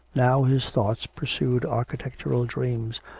now his thoughts pursued architectural dreams,